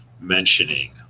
mentioning